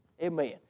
Amen